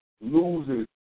loses